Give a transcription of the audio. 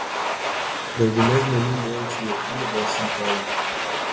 dauguma žmonių nejaučia jokių ligos simptomų